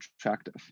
attractive